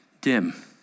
dim